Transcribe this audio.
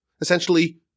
essentially